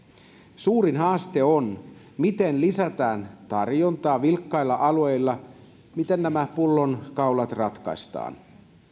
suurin haaste on miten lisätään tarjontaa vilkkailla alueilla miten nämä pullonkaulat ratkaistaan